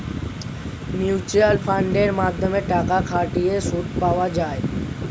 mutual ফান্ডের মাধ্যমে টাকা খাটিয়ে সুদ পাওয়া যায়